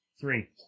Three